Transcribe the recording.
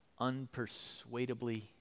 unpersuadably